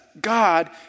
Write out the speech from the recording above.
God